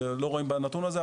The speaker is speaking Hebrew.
לא רואים בנתון הזה,